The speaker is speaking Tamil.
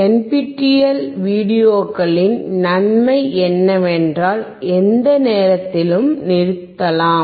NPTEL வீடியோக்களின் நன்மை என்னவென்றால் எந்த நேரத்திலும் நிறுத்தலாம்